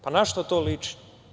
Pa, na šta to liči?